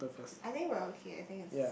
I think we're okay I think it's